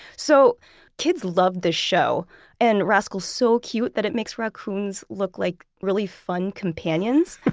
so kids love this show and rascal's so cute that it makes raccoons look like really fun companions.